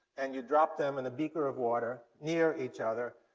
and you drop them in a beaker of water near each other,